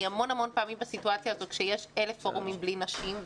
אני המון פעמים בסיטואציה הזאת כשיש אלף פורומים בלי נשים,